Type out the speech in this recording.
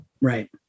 Right